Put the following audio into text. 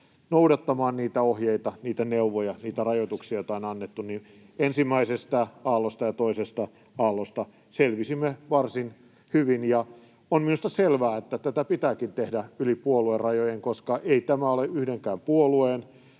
noudattamaan niitä ohjeita, niitä neuvoja, niitä rajoituksia, joita on annettu, ensimmäisestä aallosta ja toisesta aallosta selvisimme varsin hyvin. Ja on minusta selvää, että tätä pitääkin tehdä yli puoluerajojen, koska ei tämä ole yhdenkään puolueen,